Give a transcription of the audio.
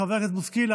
חבר הכנסת בוסקילה,